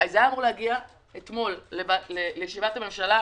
היה אמור להגיע אתמול לישיבת הממשלה,